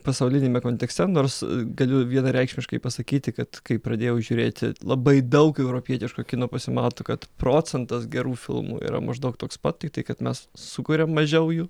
pasauliniame kontekste nors galiu vienareikšmiškai pasakyti kad kai pradėjau žiūrėti labai daug europietiško kino pasimato kad procentas gerų filmų yra maždaug toks pat tiktai kad mes sukuriam mažiau jų